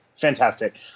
Fantastic